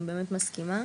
אני באמת מסכימה.